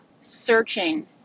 searching